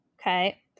Okay